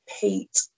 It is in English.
Pete